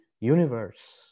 Universe